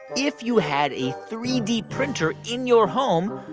if you had a three d printer in your home,